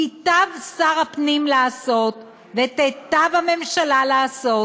ייטיב שר הפנים לעשות ותיטיב הממשלה לעשות